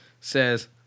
says